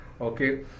Okay